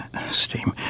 steam